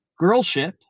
Girlship